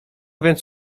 więc